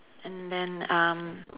and then um